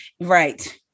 right